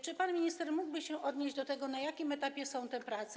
Czy pan minister mógłby się odnieść do tego, na jakim etapie są te prace?